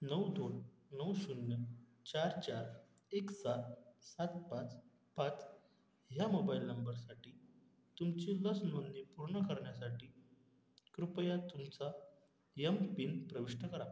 नऊ दोन नऊ शून्य चार चार एक सात सात पाच पाच ह्या मोबाईल नंबरसाठी तुमची लस नोंदणी पूर्ण करण्यासाठी कृपया तुमचा एम पिन प्रविष्ट करा